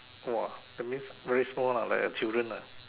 !wah! that means very small lah like a children lah